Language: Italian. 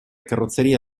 carrozzeria